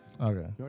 Okay